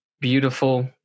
beautiful